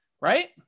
right